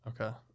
Okay